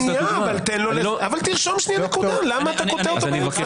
תרשום נקודה, למה אתה קוטע אותו באמצע?